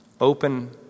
Open